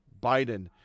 Biden